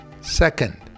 Second